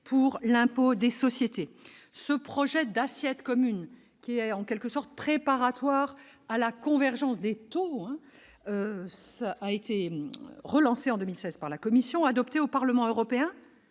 pour l'impôt des sociétés, ce projet d'assiette commune qui est en quelque sorte, préparatoire à la convergence des taux, hein, ça a été relancé en 2006 par la commission adopté au Parlement européen